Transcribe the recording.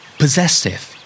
possessive